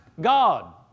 God